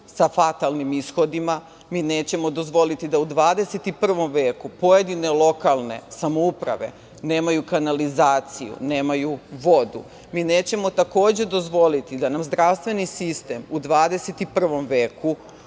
sa fatalnim ishodima. Mi nećemo dozvoliti da u 21. veku pojedine lokalne samouprave nemaju kanalizaciju, nemaju vodu. Mi nećemo, takođe, dozvoliti da nam zdravstveni sistem u 21. veku